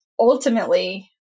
ultimately